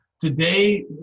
today